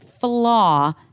flaw